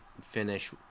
finish